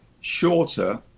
shorter